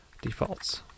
defaults